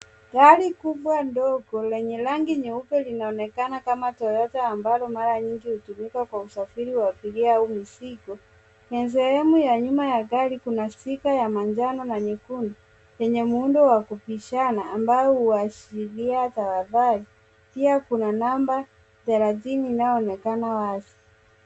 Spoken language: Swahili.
Gari kubwandogo lenye rangi nyeupe linaonekana kama Toyota ambayo mara nyingi hutumika kwa usafiri wa abiria au mizigo. Kwenye sehemu ya nyuma ya gari kuna sticker ya manjano na nyekundu yenye muundo wa kupishana ambao huashiria tahadhari. Pia kuna namba thelathini inayoonekana wazi.